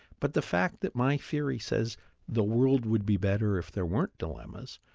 but the fact that my theory says the world would be better if there weren't dilemmas,